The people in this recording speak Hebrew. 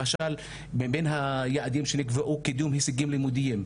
למשל מבין היעדים שנקבעו קידום הישגים לימודיים,